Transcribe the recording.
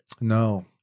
No